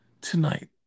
Tonight